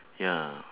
ya